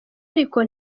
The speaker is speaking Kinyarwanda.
ariko